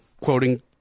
quoting